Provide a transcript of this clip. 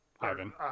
Ivan